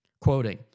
Quoting